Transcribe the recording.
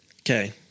Okay